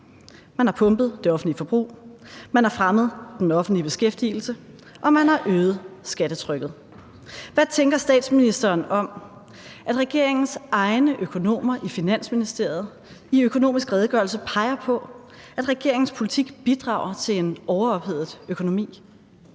Man har pumpet det offentlige forbrug, man har fremmet den offentlige beskæftigelse, og man har øget skattetrykket. Hvad tænker statsministeren om, at regeringens egne økonomer i Finansministeriet i Økonomisk Redegørelse peger på, at regeringens politik bidrager til en overophedet økonomi?